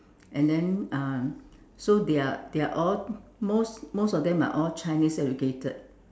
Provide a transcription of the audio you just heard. and then um so they are they are all most most of them are all Chinese educated